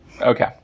Okay